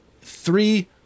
three